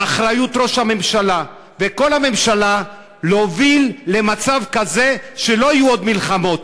באחריות ראש הממשלה וכל הממשלה להוביל למצב כזה שלא יהיו עוד מלחמות,